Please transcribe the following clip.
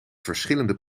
verschillende